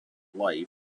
life